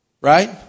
right